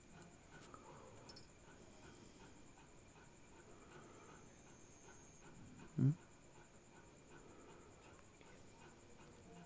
angel निवेशक परिवर्तनीय equity के बदले व्यवसाय शुरू करे लगी पूंजी प्रदान करऽ हइ